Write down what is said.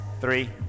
three